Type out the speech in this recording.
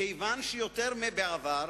כיוון שיותר מבעבר,